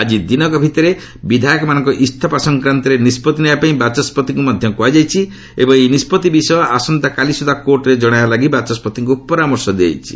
ଆଜି ଦିନକ ଭିତରେ ବିଧାୟକମାନଙ୍କ ଇସଫା ସଂକ୍ରାନ୍ତରେ ନିଷ୍ପଭି ନେବା ପାଇଁ ବାଚସ୍କତିଙ୍କୁ ମଧ୍ୟ କୁହାଯାଇଛି ଏବଂ ଏହି ନିଷ୍ପଭି ବିଷୟ ଆସନ୍ତାକାଲି ସୁଦ୍ଧା କୋର୍ଟରେ ଜଣାଇବା ଲାଗି ବାଚସ୍ୱତିଙ୍କୁ ପରାମର୍ଶ ଦିଆଯାଇଛି